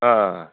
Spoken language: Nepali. अँ